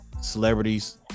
celebrities